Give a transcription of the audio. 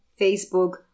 Facebook